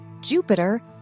Jupiter